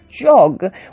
jog